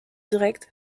direct